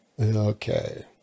Okay